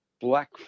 black